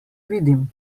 vidim